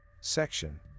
Section